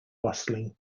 rustling